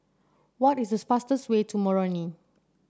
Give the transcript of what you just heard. what is the fastest way to Moroni